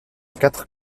quatre